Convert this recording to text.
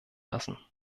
lassen